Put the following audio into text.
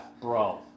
Bro